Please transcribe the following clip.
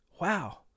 Wow